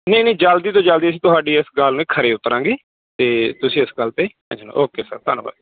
ਨਹੀਂ ਨਹੀਂ ਜਲਦੀ ਤੋਂ ਜਲਦੀ ਅਸੀਂ ਤੁਹਾਡੀ ਇਸ ਗੱਲ ਲਈ ਖਰੇ ਉਤਰਾਂਗੇ ਅਤੇ ਤੁਸੀਂ ਇਸ ਗੱਲ 'ਤੇ ਟੈਨਸ਼ਨ ਨਾ ਲਓ ਓਕੇ ਸਰ ਧੰਨਵਾਦ